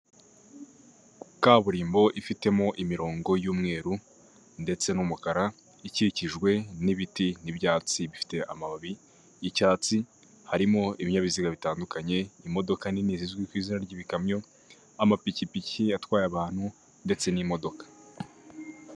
Kaburimbo ifitemo imirongo y'umweruru ndetse n'umukara ,ikikijwe n'ibiti n'ibyatsi bifite amababi y'icyatsi harimo ibinyabiziga bitandukanye, imodoka nini zizwi ku izina ry'ibikamyo ,amapikipiki atwaye abantu ndetse n'imodoka.